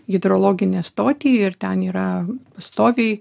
hidrologinę stotį ir ten yra pastoviai